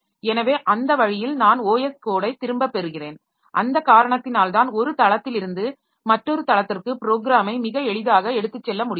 எனவே அந்த வழியில் நான் OS கோடை திரும்பப் பெறுகிறேன் அந்த காரணத்தினால் தான் ஒரு தளத்திலிருந்து மற்றொரு தளத்திற்கு ப்ரோக்ராமை மிக எளிதாக எடுத்துச் செல்ல முடிகிறது